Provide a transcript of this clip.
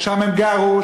שם הם גרו,